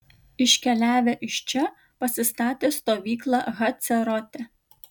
iškeliavę iš čia pasistatė stovyklą hacerote